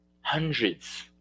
hundreds